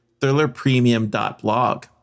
thrillerpremium.blog